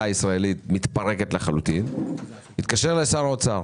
הישראלית מתפרקת לחלוטין התקשר אליי שר האוצר,